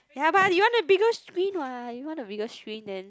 ya but you want the bigger screen what you want the bigger screen then